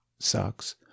sucks